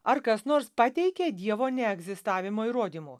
ar kas nors pateikė dievo neegzistavimo įrodymų